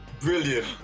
Brilliant